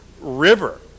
river